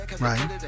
Right